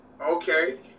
Okay